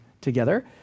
together